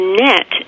net